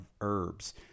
herbs